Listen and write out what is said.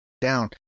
down